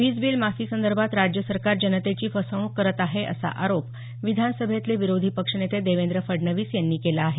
वीजबिल माफीसंदर्भात राज्य सरकार जनतेची फसवणूक करत आहे असा आरोप विधान सभेतले विरोधी पक्षनेते देवेंद्र फडणवीस यांनी केला आहे